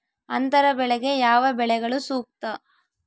ಅಂತರ ಬೆಳೆಗೆ ಯಾವ ಬೆಳೆಗಳು ಸೂಕ್ತ?